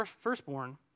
firstborn